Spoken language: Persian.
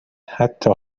حتی